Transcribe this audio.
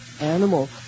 animal